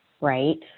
right